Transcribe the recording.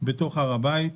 בתוך הר הבית.